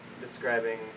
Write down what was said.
describing